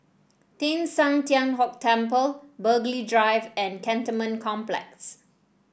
Teng San Tian Hock Temple Burghley Drive and Cantonment Complex